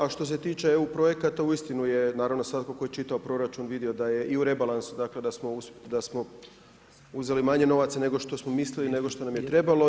A što se tiče EU projekata, uistinu je, naravno svatko tko je čitao proračun, vidio da je u rebalansu dakle, da smo uzeli manje novaca nego što smo mislili, nego što nam je trebalo.